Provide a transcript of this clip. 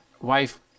wife